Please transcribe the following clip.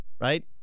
right